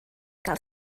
gael